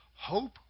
Hope